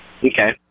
Okay